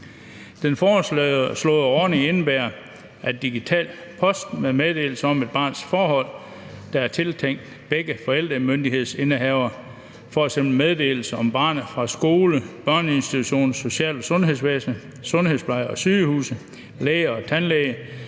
Den foreslåede ordning indebærer, at digital post med meddelelse om et barns forhold, der er tiltænkt begge forældremyndighedsindehavere, f.eks. meddelelser om barnet fra skole, børneinstitution, social- og sundhedsvæsen, sundhedspleje, sygehuse, læge og tandlæge,